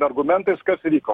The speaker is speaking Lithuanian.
argumentais kas įvyko